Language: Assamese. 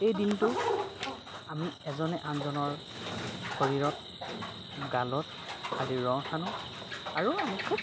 এই দিনটোত আমি এজনে আনজনৰ শৰীৰত গালত আদিত ৰং সানো আৰু আমি খুব